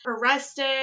arrested